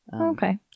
Okay